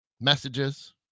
messages